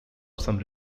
some